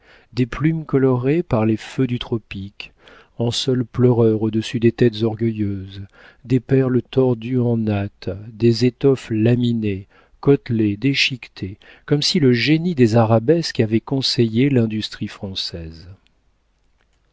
des plumes colorées par les feux du tropique en saule pleureur au-dessus des têtes orgueilleuses des perles tordues en nattes des étoffes laminées côtelées déchiquetées comme si le génie des arabesques avait conseillé l'industrie française